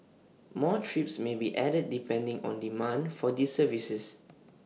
more trips may be added depending on demand for these services